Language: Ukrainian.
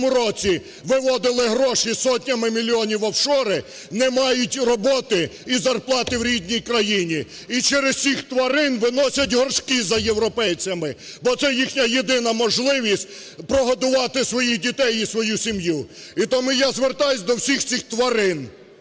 виводили гроші сотнями мільйонів в офшори, не мають робити і зарплати в рідній країні. І через цих тварин виносять горшки за європейцями, бо це їхня єдина можливість прогодувати своїх дітей і свою сім'ю. І тому я звертаюсь до всіх цих тварин,